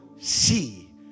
see